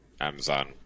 Amazon